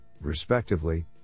respectively